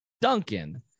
Duncan